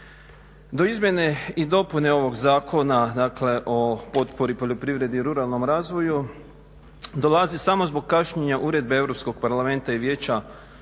Do izmjene i dopune ovoga zakon dakle o potpori, poljoprivredi i ruralnom razvoju dolazi samo zbog kašnjenja uredbe Europskog parlamenta i vijeća